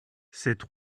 cette